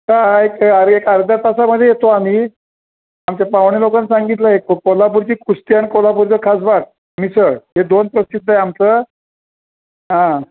का एक एक अर्ध्या तासामध्ये येतो आम्ही आमच्या पाहुणे लोकांना सांगितलं आहे कोल्हापुरची कुस्ती आणि कोल्हापुरचं खासबाग मिसळ हे दोन प्रसिद्ध आहे आमचं हा